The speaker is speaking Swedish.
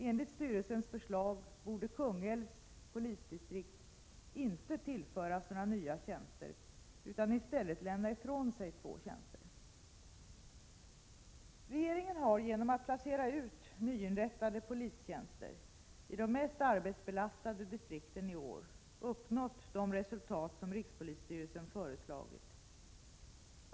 Enligt styrelsens förslag borde Kungälvs polisdistrikt inte tillföras några nya tjänster utan i stället lämna ifrån sig två tjänster. Regeringen har genom att placera ut nyinrättade polistjänster i de mest arbetsbelastade distrikten i år uppnått de resultat som rikspolisstyrelsen föreslagit.